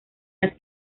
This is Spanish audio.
las